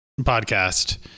podcast